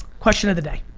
question of the day.